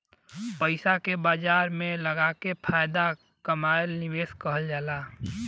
पइसा के बाजार में लगाके फायदा कमाएल निवेश कहल जाला